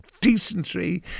decency